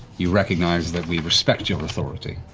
you recognize that we respect your authority.